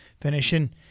finishing